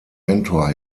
mentor